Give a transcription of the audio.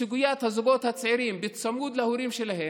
בסוגיית הזוגות הצעירים בצמוד להורים שלהם,